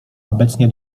obecnie